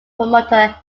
promoter